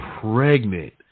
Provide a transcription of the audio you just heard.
pregnant